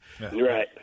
Right